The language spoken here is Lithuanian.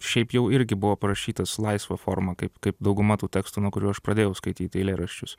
šiaip jau irgi buvo parašytas laisva forma kaip kaip dauguma tų tekstų nuo kurių aš pradėjau skaityt eilėraščius